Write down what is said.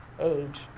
age